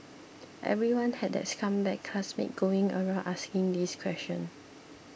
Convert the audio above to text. everyone had that scumbag classmate going around asking this question